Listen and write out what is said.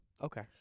Okay